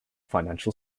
financial